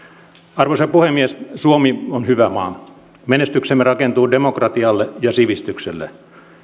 arvoisa puhemies suomi on hyvä maa menestyksemme rakentuu demokratialle ja sivistykselle